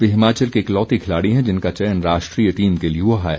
वे हिमाचल की इकलौती खिलाड़ी हैं जिनका चयन राष्ट्रीय टीम के लिए हुआ है